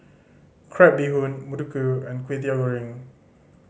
crab bee hoon muruku and Kway Teow Goreng